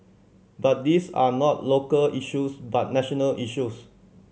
but these are not local issues but national issues